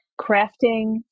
crafting